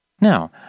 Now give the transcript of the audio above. Now